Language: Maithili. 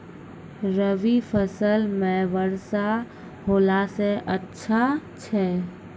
रवी फसल म वर्षा होला से अच्छा छै?